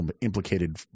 implicated